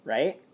Right